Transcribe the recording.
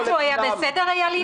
אז הוא היה בסדר, איל ינון?